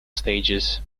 stages